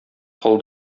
кыл